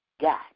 got